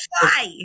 fly